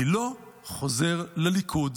אני לא חוזר לליכוד.